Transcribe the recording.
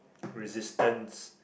resistance